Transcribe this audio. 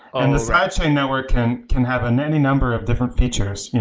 and the side chain network can can have and any number of different features.